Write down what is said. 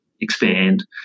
expand